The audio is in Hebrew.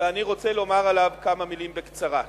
ואני רוצה לומר עליו כמה מלים בקצרה.